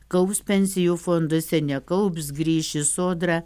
kaups pensijų fonduose nekaups grįš į sodrą